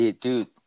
dude